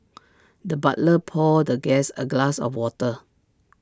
the butler poured the guest A glass of water